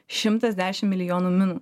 šimtas dešim milijonų minų